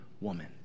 woman